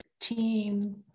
team